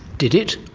did it?